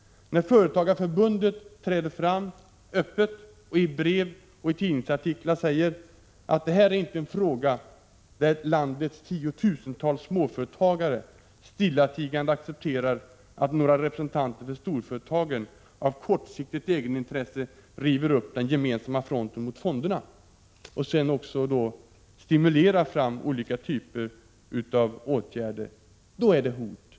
När Företagareförbundet öppet träder fram och i brev och tidningsartiklar säger att det här är inte en fråga där landets tiotusentals småföretagare stillatigande accepterar att några representanter för storföre = Prot. 1986/87:86 tagen av kortsiktigt egenintresse river upp den gemensamma fronten mot — 13 mars 1987 fonderna och sedan även stimulerar fram olika slags åtgärder, så är det hot.